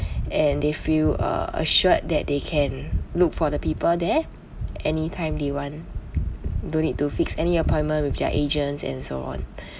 and they feel uh assured that they can look for the people there anytime they want don't need to fix any appointment with their agents and so on